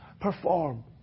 perform